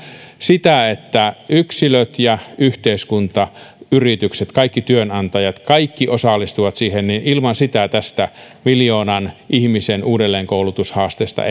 sitä että yksilöt ja yhteiskunta ja yritykset kaikki työnantajat kaikki osallistuvat siihen tästä miljoonan ihmisen uudelleenkoulutushaasteesta